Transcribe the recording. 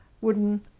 wooden